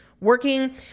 working